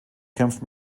kämpft